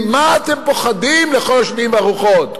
ממה אתם פוחדים, לכל השדים והרוחות?